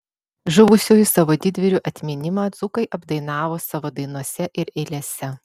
žuvusiųjų savo didvyrių atminimą dzūkai apdainavo savo dainose ir eilėse